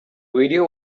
video